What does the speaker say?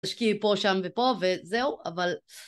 תשקיעי פה, שם ופה, וזהו, אבל...